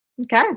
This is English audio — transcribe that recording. Okay